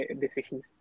decisions